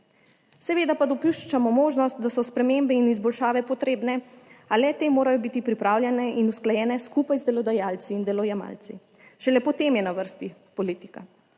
Seveda pa dopuščamo možnost, da so spremembe in izboljšave potrebne, a le-te morajo biti pripravljene in usklajene skupaj z delodajalci in delojemalci, šele potem je na vrsti politika.